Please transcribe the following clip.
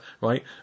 right